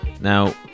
Now